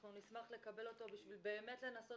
אנחנו נשמח לקבל אותו בשביל באמת לנסות